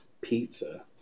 pizza